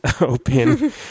open